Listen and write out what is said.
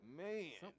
man